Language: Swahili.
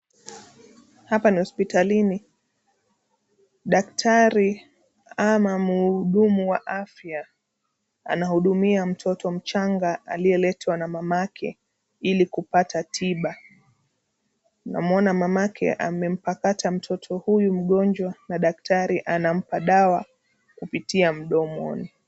Hapa ni hospitalini. Dakatari ama mhudumu wa afya anahudumia mtoto mchanga aliyeletwa na mamake ili kupata tiba. Namwona mamake amempakata mtoto huyu mgonjwa na daktari anampa dawa kupitia mdomoni.